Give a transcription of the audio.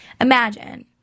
Imagine